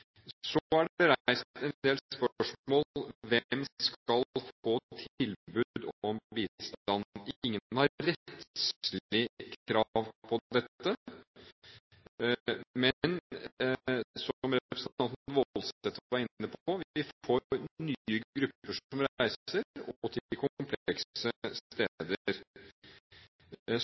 Så er det reist en del spørsmål. Hvem skal få tilbud om bistand? Ingen har rettslig krav på dette, men – som representanten Woldseth var inne på – vi får nye grupper som reiser, og til komplekse steder.